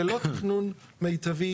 זה לא תכנון מיטבי.